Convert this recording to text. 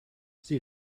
sie